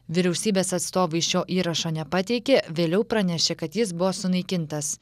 vyriausybės atstovai šio įrašo nepateikė vėliau pranešė kad jis buvo sunaikintas